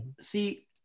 see